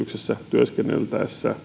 työskenneltäessä